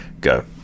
go